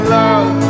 love